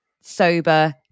sober